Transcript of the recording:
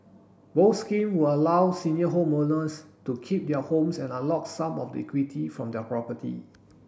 both scheme will allow senior homeowners to keep their homes and unlock some of the equity from their property